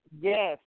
Yes